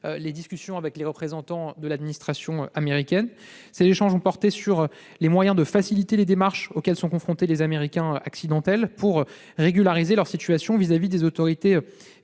les discussions avec les représentants de l'administration américaine. Ces échanges ont porté sur les moyens de faciliter les démarches auxquelles sont confrontés les Américains accidentels qui cherchent à régulariser leur situation vis-à-vis des autorités